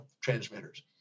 transmitters